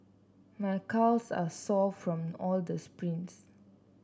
my calves are sore from all the sprints